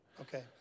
Okay